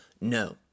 No